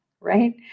right